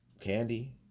candy